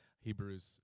Hebrews